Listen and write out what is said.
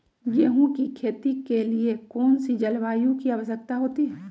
गेंहू की खेती के लिए कौन सी जलवायु की आवश्यकता होती है?